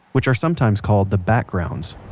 which are sometimes called the backgrounds